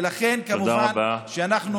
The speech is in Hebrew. ולכן כמובן שאנחנו, תודה רבה.